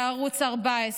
בערוץ 14,